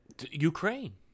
Ukraine